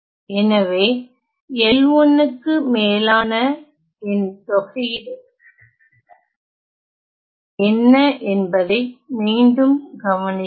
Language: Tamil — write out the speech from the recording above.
எனவே L1 க்கு மேலான என் தொகையீடு என்ன என்பதை மீண்டும் கவனியுங்கள்